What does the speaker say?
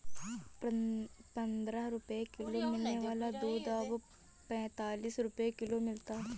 पंद्रह रुपए किलो मिलने वाला दूध अब पैंतालीस रुपए किलो मिलता है